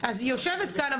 אז יושבת כאן,